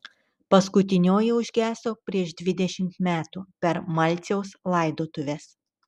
paskutinioji užgeso prieš dvidešimt metų per malciaus laidotuves